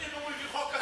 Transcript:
אם הוא הביא חוק כזה,